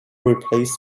replaced